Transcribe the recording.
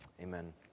Amen